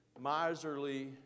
miserly